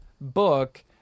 book